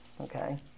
Okay